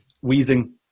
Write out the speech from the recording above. wheezing